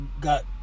got